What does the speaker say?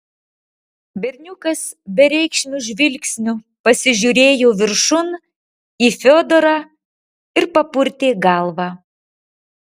berniukas bereikšmiu žvilgsniu pasižiūrėjo viršun į fiodorą ir papurtė galvą